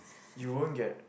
you won't get